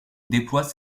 déploie